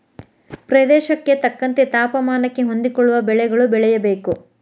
ಪ್ರದೇಶಕ್ಕೆ ತಕ್ಕಂತೆ ತಾಪಮಾನಕ್ಕೆ ಹೊಂದಿಕೊಳ್ಳುವ ಬೆಳೆಗಳು ಬೆಳೆಯಬೇಕು